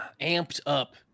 amped-up